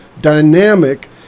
dynamic